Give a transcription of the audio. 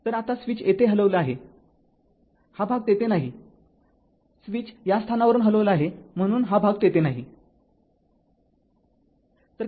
तर आता स्विच येथे हलवला आहे हा भाग तेथे नाही स्विच या स्थानावरून हलवला आहे म्हणून हा भाग तेथे नाही